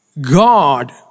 God